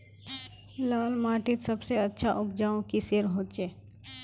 लाल माटित सबसे अच्छा उपजाऊ किसेर होचए?